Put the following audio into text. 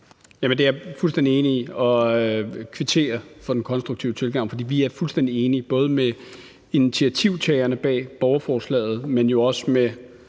det er jeg fuldstændig enig i, og jeg kvitterer for den konstruktive tilgang, for vi er fuldstændig enige både med initiativtagerne bag borgerforslaget, men jo også med